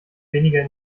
weniger